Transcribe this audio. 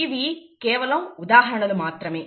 ఇవి కేవలం ఉదాహరణలు మాత్రమే